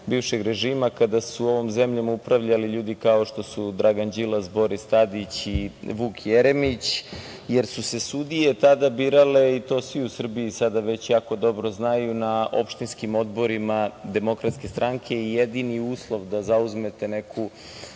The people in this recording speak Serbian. bivšeg režima kada su ovom zemljom upravljali ljudi kao što su Dragan Đilas, Boris Tadić i Vuk Jeremić, jer su se sudije tada birale, i to svi u Srbiji sada već jako dobro znaju, na opštinskim odborima DS i jedini uslov da zauzmete neku